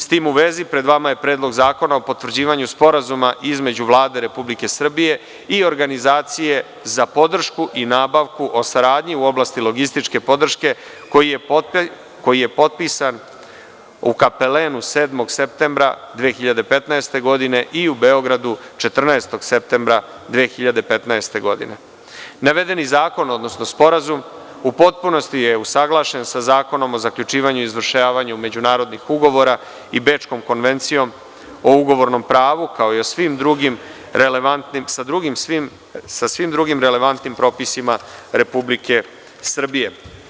S tim u vezi, pred vama je Predlog zakona o potvrđivanju Sporazuma između Vlade Republike Srbije i organizacije za podršku i nabavku o saradnji u oblasti logističke podrške koji je potpisan u Kapelenu 7. septembra 2015. godine i u Beogradu 14. septembra 2015. godine. navedeni zakon odnosno sporazum u potpunosti je usaglašen sa Zakonom o zaključivanju i izvršavanju međunarodnih ugovora i Bečkom konvencijom o ugovornom pravu, kao i sa svim drugim relevantnim propisima Republike Srbije.